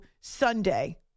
Sunday